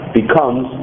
becomes